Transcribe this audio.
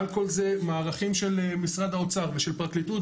על כל זה, מערכים של משרד האוצר ושל הפרקליטות.